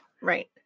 right